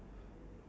oh